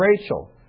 Rachel